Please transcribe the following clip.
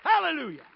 Hallelujah